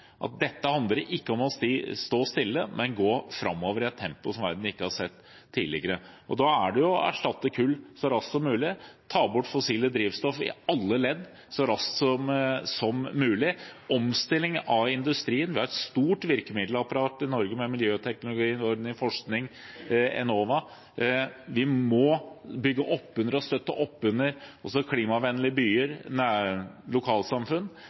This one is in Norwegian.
målene. Dette handler ikke om å stå stille, men om å gå framover i et tempo verden ikke har sett tidligere. Da er det å erstatte kull så raskt som mulig, ta bort fossile drivstoff i alle ledd så raskt som mulig, omstilling av industrien. Vi har et stort virkemiddelapparat i Norge, med Miljøteknologiordningen, forskning, Enova. Vi må bygge opp under og støtte opp under klimavennlige byer og lokalsamfunn.